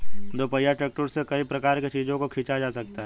दोपहिया ट्रैक्टरों से कई प्रकार के चीजों को खींचा जा सकता है